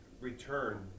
return